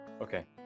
Okay